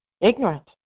ignorant